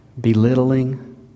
belittling